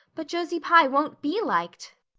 but josie pye won't be liked.